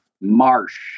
marsh